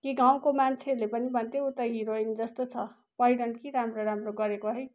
के गाउँको मान्छेहरूले पनि भन्थे ऊ त हिराोइन जस्तो छ पहिरन के राम्रो राम्रो गरेको है